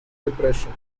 depression